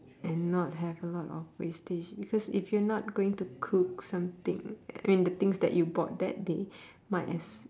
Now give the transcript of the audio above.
and not have a lot of wastage because if you're not going to cook something I mean the things that you bought that day might as